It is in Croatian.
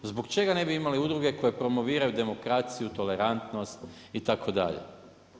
Zbog čega ne bi imali udruge koje promoviraju demokraciju, tolerantnost itd.